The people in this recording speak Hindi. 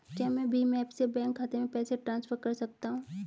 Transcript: क्या मैं भीम ऐप से बैंक खाते में पैसे ट्रांसफर कर सकता हूँ?